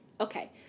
okay